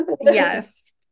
yes